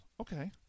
Okay